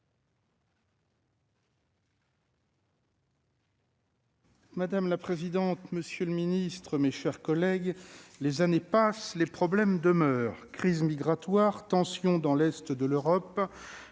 Madame la présidente, monsieur le secrétaire d'État, mes chers collègues, les années passent, les problèmes demeurent ! Crise migratoire, tensions dans l'est de l'Europe,